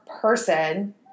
person